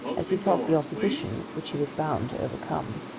as he felt the opposition which he was bound to overcome,